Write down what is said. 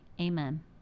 amen